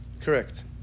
correct